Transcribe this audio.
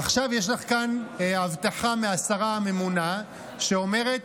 עכשיו יש לך כאן הבטחה מהשרה הממונה, שאומרת: